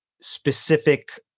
specific